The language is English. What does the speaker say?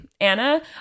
Anna